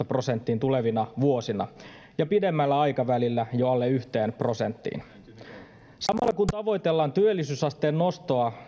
prosenttiin tulevina vuosina ja pidemmällä aikavälillä jo alle yhteen prosenttiin samalla kun tavoitellaan työllisyysasteen nostoa